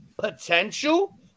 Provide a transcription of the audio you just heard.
potential